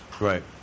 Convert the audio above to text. right